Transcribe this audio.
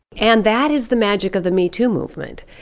and that is the magic of the me too movement,